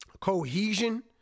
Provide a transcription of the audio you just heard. cohesion